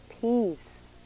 peace